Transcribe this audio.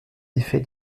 effet